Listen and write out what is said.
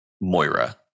Moira